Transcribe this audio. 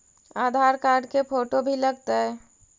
आधार card के photo भी लग तै?